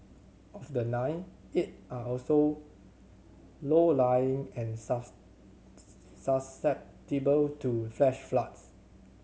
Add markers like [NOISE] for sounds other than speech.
of the nine eight are also low lying and [UNINTELLIGIBLE] susceptible to flash floods